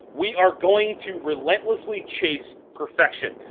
we are going to relentlessly chase perfection,